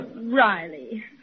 Riley